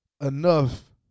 enough